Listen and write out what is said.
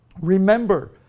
Remember